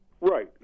Right